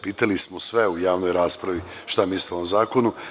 Pitali smo sve u javnoj raspravi šta misle o zakonu.